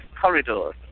corridors